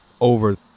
over